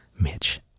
Mitch